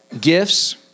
gifts